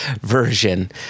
version